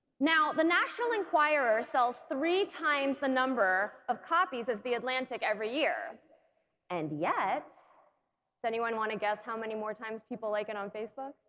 now the national enquirer sells three times the number of copies as the atlantic every year and yet does so anyone want to guess how many more times people like it on facebook?